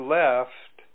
left